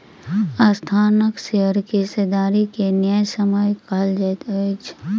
संस्थानक शेयर के हिस्सेदारी के न्यायसम्य कहल जाइत अछि